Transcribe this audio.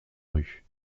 rue